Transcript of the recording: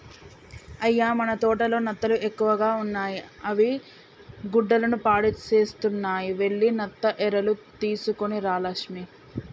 అయ్య మన తోటలో నత్తలు ఎక్కువగా ఉన్నాయి అవి గుడ్డలను పాడుసేస్తున్నాయి వెళ్లి నత్త ఎరలు తీసుకొని రా లక్ష్మి